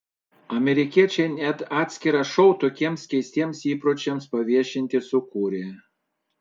amerikiečiai net atskirą šou tokiems keistiems įpročiams paviešinti sukūrė